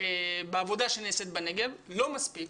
בעבודה שנעשית בנגב, לא מספיק,